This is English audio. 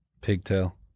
pigtail